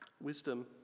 Wisdom